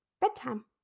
bedtime